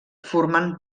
formant